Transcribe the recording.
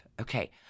Okay